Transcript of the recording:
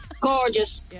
gorgeous